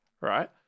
right